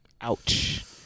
ouch